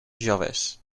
joves